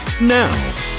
Now